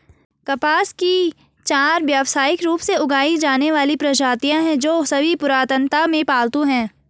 कपास की चार व्यावसायिक रूप से उगाई जाने वाली प्रजातियां हैं, जो सभी पुरातनता में पालतू हैं